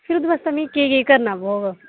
फिर ओह्दे बास्तै में केह् केह् करना पौग